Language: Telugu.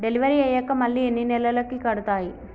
డెలివరీ అయ్యాక మళ్ళీ ఎన్ని నెలలకి కడుతాయి?